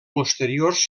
posteriors